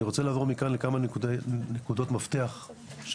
אני רוצה לעבור מכאן לכמה נקודות מפתח שחשוב